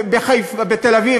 בתל-אביב,